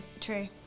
True